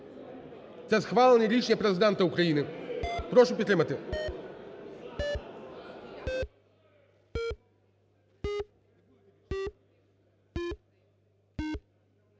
Це схвалене рішення Президента України, прошу підтримати.